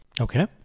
Okay